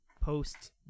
post